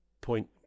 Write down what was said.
point